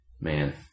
Man